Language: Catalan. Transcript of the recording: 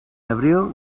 abril